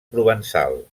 provençal